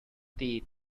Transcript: teeth